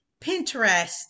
Pinterest